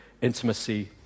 intimacy